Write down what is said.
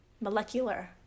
Molecular